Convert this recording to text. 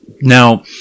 Now